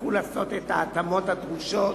יצטרכו לעשות את ההתאמות הדרושות.